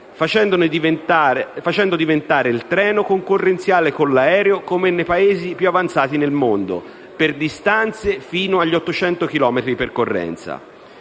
nazionale, facendo diventare il treno concorrenziale con l'aereo, come nei Paesi più avanzati del mondo, per distanze fino agli 800 chilometri di percorrenza.